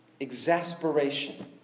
exasperation